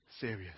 serious